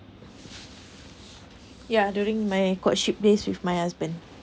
ya during my courtship days with my husband